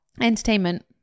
entertainment